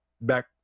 back